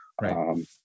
Right